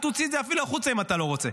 אל תוציא את זה אפילו החוצה אם אתה לא רוצה,